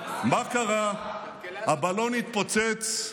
זרק ותפס.